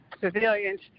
civilians